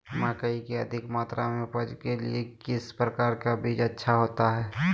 मकई की अधिक मात्रा में उपज के लिए किस प्रकार की बीज अच्छा होता है?